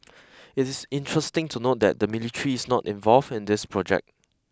it is interesting to note that the military is not involved in this project